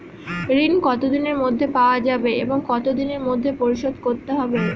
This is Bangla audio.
ঋণ কতদিনের মধ্যে পাওয়া যাবে এবং কত দিনের মধ্যে পরিশোধ করতে হবে?